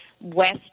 west